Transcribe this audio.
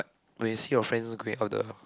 when you see your friends going out the